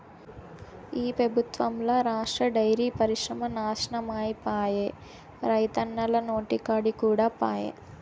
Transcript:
ఈ పెబుత్వంల రాష్ట్ర డైరీ పరిశ్రమ నాశనమైపాయే, రైతన్నల నోటికాడి కూడు పాయె